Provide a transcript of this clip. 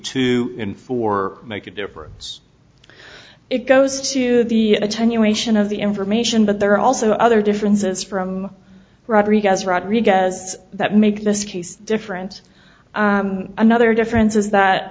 two and four make a difference it goes to the attenuation of the information but there are also other differences from rodriguez rodriguez that make this case different another difference is that